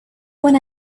when